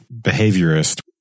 behaviorist